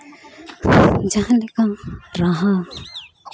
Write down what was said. ᱡᱟᱦᱟᱸ ᱞᱮᱠᱟ ᱨᱟᱦᱟ